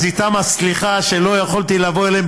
אז איתם הסליחה שלא יכולתי לבוא אליהם,